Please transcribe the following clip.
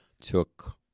took